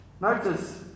notice